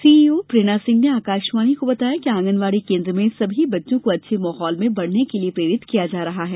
CEO Prerna Singh ने आकाशवाणी को बताया कि आंगनवाड़ी केन्द्र में सभी बच्चों को अच्छे माहौल में बढ़ने के लिए प्रेरित किया जा रहा है